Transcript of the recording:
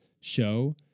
show